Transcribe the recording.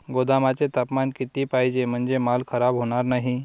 गोदामाचे तापमान किती पाहिजे? म्हणजे माल खराब होणार नाही?